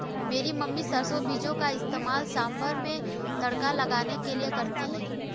मेरी मम्मी सरसों बीजों का इस्तेमाल सांभर में तड़का लगाने के लिए करती है